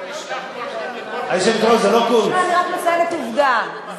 אני רק מציינת עובדה.